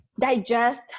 digest